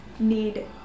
need